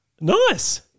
Nice